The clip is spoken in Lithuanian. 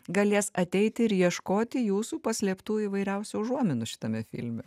galės ateiti ir ieškoti jūsų paslėptų įvairiausių užuominų šitame filme